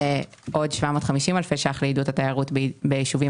ועוד 750 אלפי ₪ לעידוד התיירות ביישובים